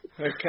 Okay